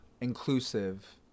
Inclusive